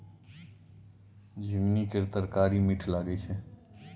झिगुनी केर तरकारी मीठ लगई छै